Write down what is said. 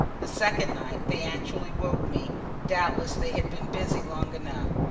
the second night they actually woke me doubtless they had been busy long enough,